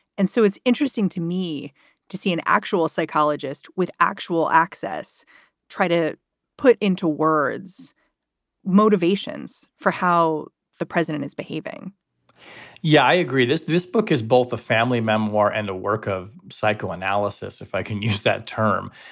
and so it's interesting to me to see an actual psychologist with actual access try to put into words motivations for how the president is behaving yeah, i agree. this this book is both a family memoir and a work of psychoanalysis, if i can use that term.